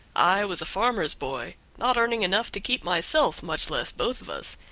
i was a farmer's boy, not earning enough to keep myself, much less both of us,